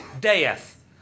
death